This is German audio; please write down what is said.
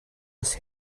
das